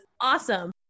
awesome